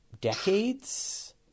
decades